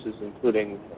including